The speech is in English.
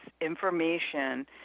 information